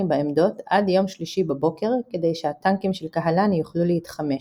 בעמדות עד יום שלישי בבוקר כדי שהטנקים של קהלני יוכלו להתחמש.